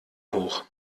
hoch